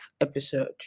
episode